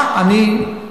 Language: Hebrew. מה אני,